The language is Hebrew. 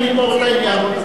ונגמור את העניין.